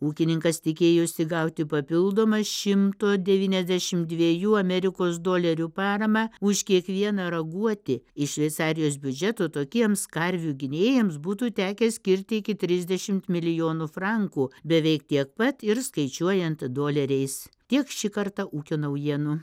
ūkininkas tikėjosi gauti papildomą šimto devyniasdešim dviejų amerikos dolerių paramą už kiekvieną raguotį iš šveicarijos biudžeto tokiems karvių gynėjams būtų tekę skirti iki trisdešimt milijonų frankų beveik tiek pat ir skaičiuojant doleriais tiek šį kartą ūkio naujienų